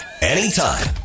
anytime